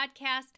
Podcast